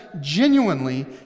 genuinely